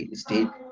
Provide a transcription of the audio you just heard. state